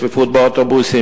צפיפות באוטובוסים,